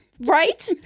Right